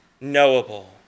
knowable